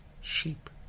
sheep